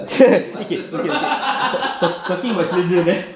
okay okay talking about children eh